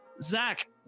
Zach